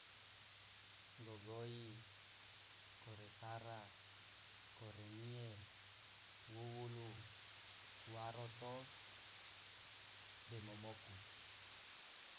Gogoi koresara koremie wuwulu waroto de momoku.